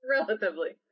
Relatively